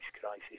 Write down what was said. crisis